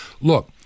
Look